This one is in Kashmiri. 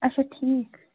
اَچھا ٹھیٖک